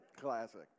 classic